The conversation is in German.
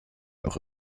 auch